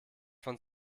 von